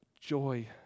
joy